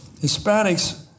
Hispanics